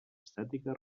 estètica